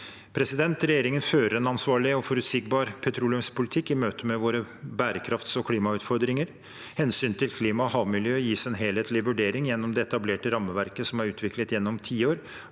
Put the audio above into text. Regjeringen fører en ansvarlig og forutsigbar petroleumspolitikk i møte med våre bærekrafts- og klimautfordringer. Hensynet til klima og havmiljø gis en helhetlig vurdering gjennom det etablerte rammeverket som er utviklet gjennom ti år,